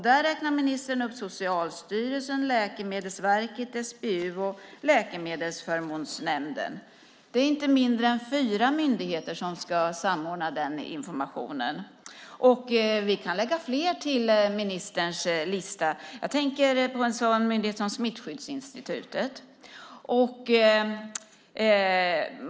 Där räknar ministern upp Socialstyrelsen, Läkemedelsverket, SBU och Läkemedelsförmånsnämnden. Det är inte mindre än fyra myndigheter som ska samordna den informationen. Och vi kan lägga fler till ministerns lista. Jag tänker på en sådan myndighet som Smittskyddsinstitutet.